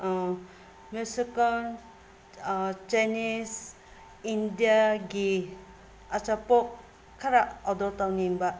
Mexican Chinese ꯏꯟꯗꯤꯌꯥꯒꯤ ꯑꯆꯥꯄꯣꯠ ꯈꯔ ꯑꯣꯔꯗꯔ ꯇꯧꯅꯤꯡꯕ